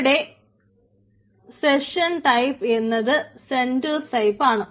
ഇവിടെ session type എന്നത് CentOS ടൈപ്പാണ്